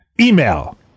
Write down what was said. Email